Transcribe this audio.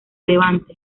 levante